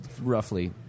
roughly